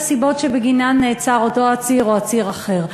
הסיבות שבגינן נעצר אותו עציר או עציר אחר,